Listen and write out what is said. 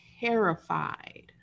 terrified